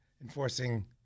enforcing